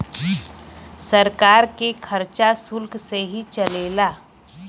सरकार के खरचा सुल्क से ही चलेला